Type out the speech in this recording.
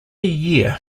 year